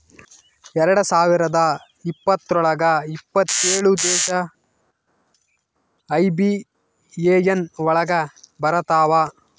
ಎರಡ್ ಸಾವಿರದ ಇಪ್ಪತ್ರೊಳಗ ಎಪ್ಪತ್ತೇಳು ದೇಶ ಐ.ಬಿ.ಎ.ಎನ್ ಒಳಗ ಬರತಾವ